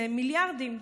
זה מיליארדים.